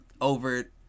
over